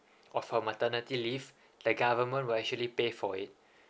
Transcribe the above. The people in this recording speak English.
of our maternity leave the government will actually pay for it